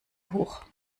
hoch